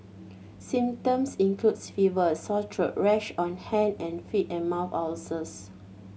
symptoms includes fever sore throat rash on hand and feet and mouth ulcers